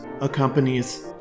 accompanies